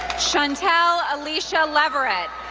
shantel elisha leverett,